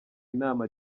inama